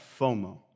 FOMO